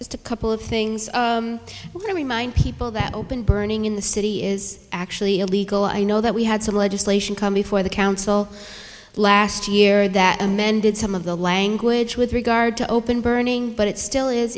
just a couple of things i want to remind people that open burning in the city is actually illegal i know that we had some legislation come before the council last year that amended some of the language with regard to open burning but it still is